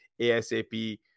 ASAP